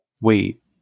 Wait